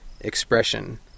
expression